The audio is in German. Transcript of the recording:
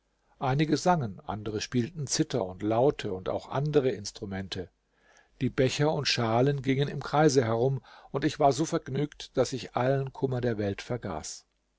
einige sangen andere spielten zither und laute und auch andere instrumente die becher und die schalen gingen im kreise herum und ich war so vergnügt daß ich allen kummer der welt vergaß